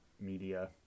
media